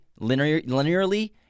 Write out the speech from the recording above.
linearly –